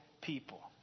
people